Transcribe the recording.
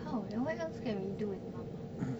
how and what else can we do with mama